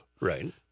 right